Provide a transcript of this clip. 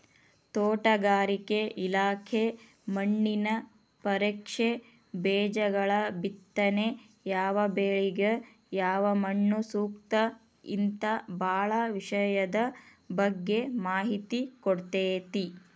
ತೋಟಗಾರಿಕೆ ಇಲಾಖೆ ಮಣ್ಣಿನ ಪರೇಕ್ಷೆ, ಬೇಜಗಳಬಿತ್ತನೆ ಯಾವಬೆಳಿಗ ಯಾವಮಣ್ಣುಸೂಕ್ತ ಹಿಂತಾ ಬಾಳ ವಿಷಯದ ಬಗ್ಗೆ ಮಾಹಿತಿ ಕೊಡ್ತೇತಿ